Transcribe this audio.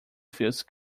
feels